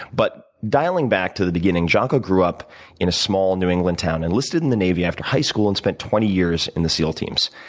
but dialing back to the beginning, jocko grew up in a small new england town, enlisted in the navy after high school and spent twenty years in the seal teams.